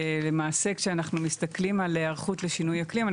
למעשה כשאנחנו מסתכלים על היערכות לשינויי אקלים,